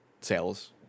sales